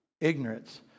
ignorance